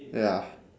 ya